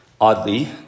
Oddly